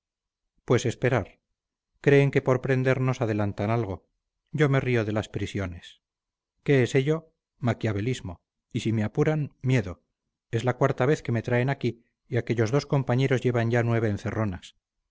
pues esperar creen que por prendernos adelantan algo yo me río de las prisiones qué es ello maquiavelismo y si me apuran miedo es la cuarta vez que me traen aquí y aquellos dos compañeros llevan ya nueve encerronas